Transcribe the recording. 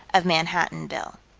of manhattanville.